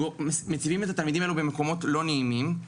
ומציבים את התלמידים האלו במקומות לא נעימים.